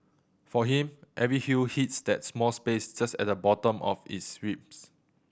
for him every hue hits that small space just at the bottom of his ribs